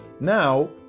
now